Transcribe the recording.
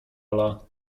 ala